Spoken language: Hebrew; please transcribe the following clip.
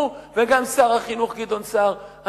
הוא וגם שר החינוך גדעון סער,